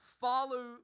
follow